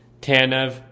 Tanev